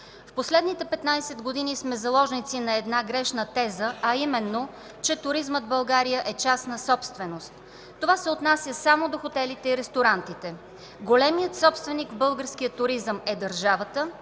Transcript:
В последните 15 години сме заложници на една грешна теза, а именно, че туризмът в България е частна собственост. Това се отнася само до хотелите и ресторантите. Големият собственик в българския туризъм е държавата,